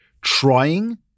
trying